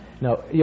No